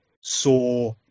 saw